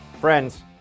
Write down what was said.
Friends